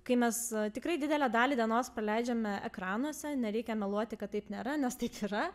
kai mes tikrai didelę dalį dienos praleidžiame ekranuose nereikia meluoti kad taip nėra nes taip yra